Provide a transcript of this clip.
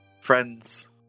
friends